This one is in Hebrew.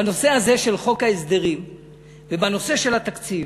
בנושא הזה של חוק ההסדרים ובנושא של התקציב,